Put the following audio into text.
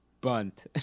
bunt